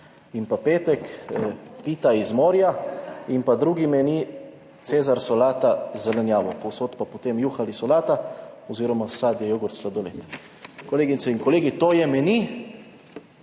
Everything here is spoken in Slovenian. In pa petek pita iz morja. In pa drugi meni Cezar solata z zelenjavo. Povsod pa potem juha ali solata oziroma sadje, jogurt, sladoled. Kolegice in kolegi, to je meni